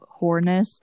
whoreness